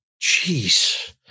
Jeez